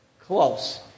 Close